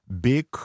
big